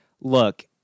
look